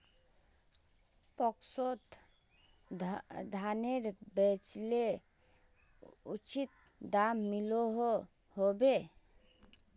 पैक्सोत धानेर बेचले उचित दाम मिलोहो होबे?